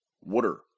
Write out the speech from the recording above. water